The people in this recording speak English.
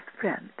friend